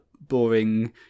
boring